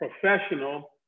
professional